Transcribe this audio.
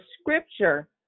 scripture